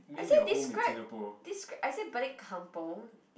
I say describe describe I say balik-kampung